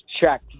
check